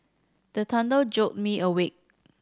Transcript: the thunder jolt me awake